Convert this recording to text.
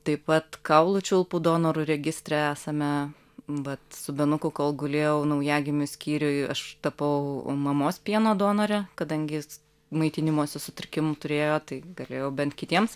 taip pat kaulų čiulpų donorų registre esame vat su benuku kol gulėjau naujagimių skyriuj aš tapau mamos pieno donore kadangi jis maitinimosi sutrikimų turėjo tai galėjau bent kitiems